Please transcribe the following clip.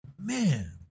man